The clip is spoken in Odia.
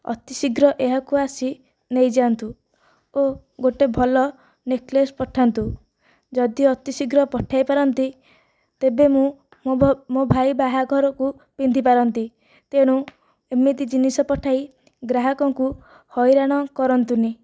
ଅତିଶୀଘ୍ର ଏହାକୁ ଆସି ନେଇଯାଆନ୍ତୁ ଓ ଗୋଟିଏ ଭଲ ନେକଲେସ୍ ପଠାନ୍ତୁ ଯଦି ଅତି ଶୀଘ୍ର ପଠେଇ ପାରନ୍ତି ତେବେ ମୁଁ ମୋ ମୋ ଭାଇ ବାହାଘରକୁ ପିନ୍ଧି ପାରନ୍ତି ତେଣୁ ଏମିତି ଜିନିଷ ପଠାଇ ଗ୍ରାହକଙ୍କୁ ହଇରାଣ କରନ୍ତୁନି